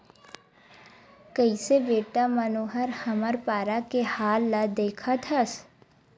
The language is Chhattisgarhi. कइसे बेटा मनोहर हमर पारा के हाल ल देखत हस